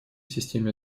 системе